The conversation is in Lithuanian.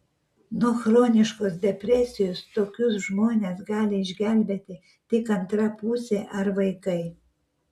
nuo chroniškos depresijos tokius žmones gali išgelbėti tik antra pusė ar vaikai